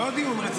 לא דיון.